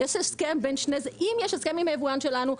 אם יש הסכם עם היבואן שלנו,